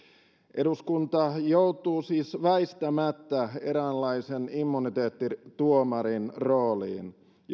eduskunta joutuu siis väistämättä eräänlaisen immuniteettituomarin rooliin joudumme